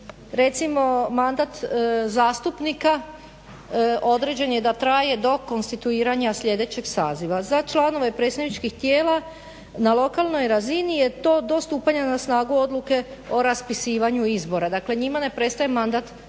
Recimo mandat zastupnika određen je da traje do konstituiranja sljedećeg saziva. Za članove predstavničkih tijela na lokalnoj razini je to do stupanja na snagu odluke o raspisivanju izbora, dakle njima ne prestaje mandat s